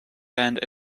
bend